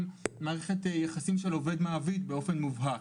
מערכת יחסים של עובד-מעביד באופן מובהק.